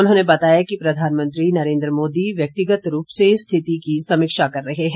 उन्होंने बताया कि प्रधानमंत्री नरेन्द्र मोदी व्यक्तिगत रूप से स्थिति की समीक्षा कर रहे हैं